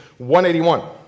181